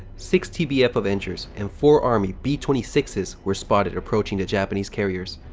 six tbf avengers and four army b twenty six s were spotted approaching the japanese carriers.